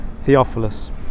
theophilus